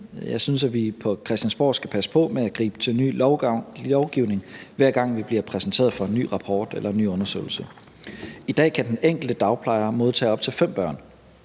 Jeg synes, at vi på Christiansborg skal passe på med at gribe til ny lovgivning, hver gang vi bliver præsenteret for en ny rapport eller en ny undersøgelse. I dag kan den enkelte dagplejer modtage op til fem børn,